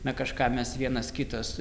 na kažką mes vienas kitas